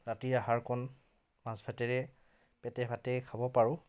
ৰাতিৰ আহাৰকণ মাছ ভাতেৰে পেটে ভাতে খাব পাৰোঁ